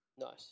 Nice